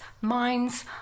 minds